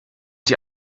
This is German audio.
die